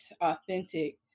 authentic